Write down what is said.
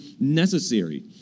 necessary